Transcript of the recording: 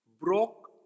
broke